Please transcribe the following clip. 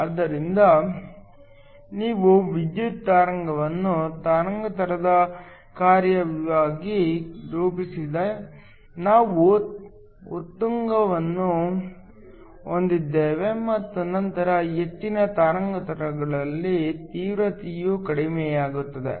ಆದ್ದರಿಂದ ನಾವು ವಿದ್ಯುತ್ ತರಂಗವನ್ನು ತರಂಗಾಂತರದ ಕಾರ್ಯವಾಗಿ ರೂಪಿಸಿದರೆ ನಾವು ಉತ್ತುಂಗವನ್ನು ಹೊಂದಿದ್ದೇವೆ ಮತ್ತು ನಂತರ ಹೆಚ್ಚಿನ ತರಂಗಾಂತರಗಳಲ್ಲಿ ತೀವ್ರತೆಯು ಕಡಿಮೆಯಾಗುತ್ತದೆ